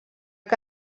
que